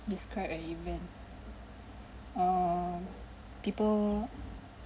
describe an event err people